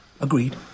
Agreed